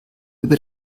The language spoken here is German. über